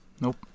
nope